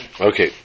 Okay